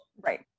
Right